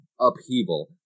upheaval